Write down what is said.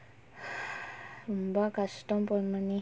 ரொம்ப கஷ்டோ:romba kashto ponmani